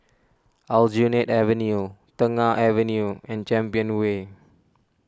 Aljunied Avenue Tengah Avenue and Champion Way